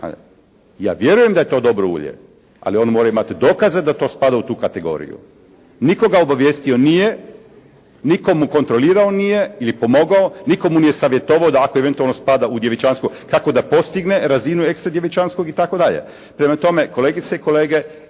Ja vjerujem da je to dobro ulje. Ali on mora imati dokaza da to spada u tu kategoriju. Nitko ga obavijestio nije, nitko mu kontrolirao nije ili pomogao. Nitko mu nije savjetovao da ako eventualno spada u djevičansko kako da postigne razinu ekstra djevičanskog i tako dalje? Prema tome kolegice i kolege